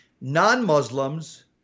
Non-Muslims